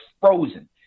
frozen